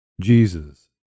Jesus